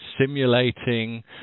simulating